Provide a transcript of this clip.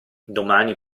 domani